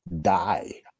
die